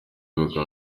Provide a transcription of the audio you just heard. bakaza